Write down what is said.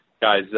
guys